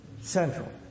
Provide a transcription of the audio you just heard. central